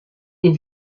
des